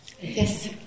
Yes